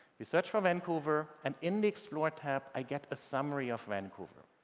we search for vancouver. and in the explore tab, i get a summary of vancouver.